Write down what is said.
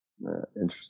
Interesting